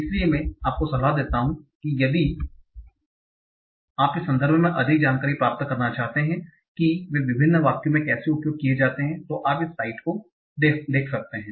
इसलिए मैं आपको सलाह देता हूं कि यदि आप इस संदर्भ में अधिक जानकारी प्राप्त करना चाहते हैं कि वे विभिन्न वाक्यों में कैसे उपयोग किए जाते हैं तो आप इस साइट को देख सकते हैं